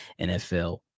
NFL